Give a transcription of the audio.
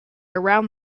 around